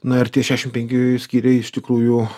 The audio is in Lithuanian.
na ir tie šesšim penki skyriai iš tikrųjų